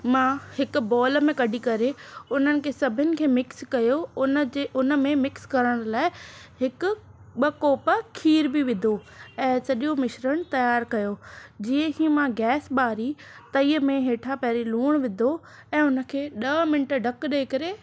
मां हिकु बॉल में कढी करे उन्हनि खे सभिनी खे मिक्स कयो हुनजे हुन में मिक्स करणु लाइ हिकु ॿ कोप खीर बि विधो ऐं सॼो मिश्रण तयार कयो जीअं कि मां गैस बारी त इहा मेन हेठां पहिरीं लूणु विधो ऐं हुनखे ॾह मिनट ढकु ॾेई करे